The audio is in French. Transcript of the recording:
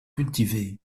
cultivées